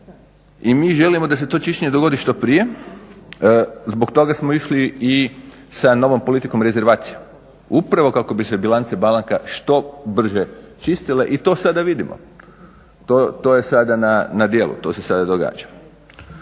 i mi želimo da se to čišćenje dogodi što prije, zbog toga smo išli i sa novom politikom rezervacija upravo kako bi se bilance banaka što brže čistile i to sada vidimo. To je sada na djelu, to se sada događa.